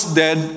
dead